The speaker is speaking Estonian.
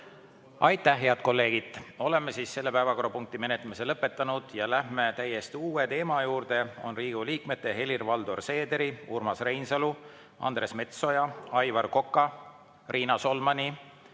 Aitäh, head kolleegid! Oleme selle päevakorrapunkti menetlemise lõpetanud. Lähme täiesti uue teema juurde. Riigikogu liikmete Helir-Valdor Seederi, Urmas Reinsalu, Andres Metsoja, Aivar Koka, Riina Solmani